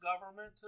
government